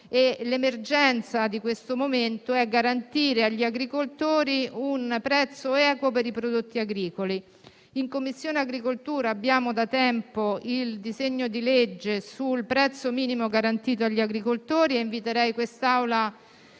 L'emergenza attuale è garantire agli agricoltori un prezzo equo per i prodotti agricoli. La Commissione agricoltura si sta occupando da tempo del disegno di legge sul prezzo minimo garantito agli agricoltori e invito quest'Assemblea